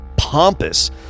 pompous